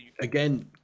again